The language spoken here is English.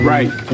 Right